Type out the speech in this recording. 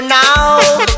now